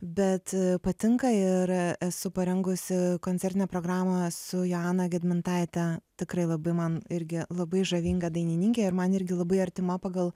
bet patinka ir esu parengusi koncertinę programą su joana gedmintaite tikrai labai man irgi labai žavinga dainininkė ir man irgi labai artima pagal